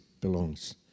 belongs